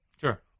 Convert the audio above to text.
Sure